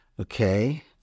Okay